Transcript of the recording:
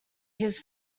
his